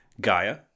Gaia